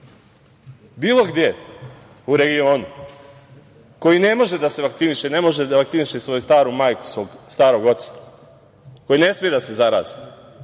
bilo gde u regionu koji ne može da se vakciniše, ne može da vakciniše ni svoju staru majku, svog starog oca, koji ne smeju da zaraze